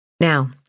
Now